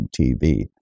TV